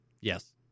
Yes